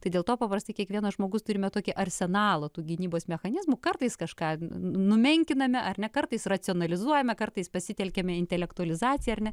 tai dėl to paprastai kiekvienas žmogus turime tokį arsenalą tų gynybos mechanizmų kartais kažką numenkiname ar ne kartais racionalizuojame kartais pasitelkiame intelektualizaciją ar ne